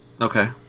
Okay